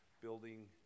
building